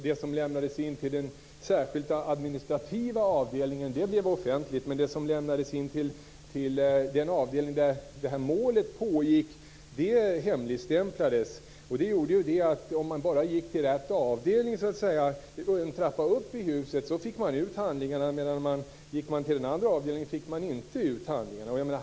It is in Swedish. Det som lämnades in till den särskilda administrativa avdelningen blev offentligt, men det som lämnades in till den avdelning där det s.k. scientologimålet pågick hemligstämplades. Det gjorde att om man bara gick till rätt avdelning en trappa upp i huset fick man ut handlingarna, men om man gick till den andra avdelningen fick man inte ut handlingarna.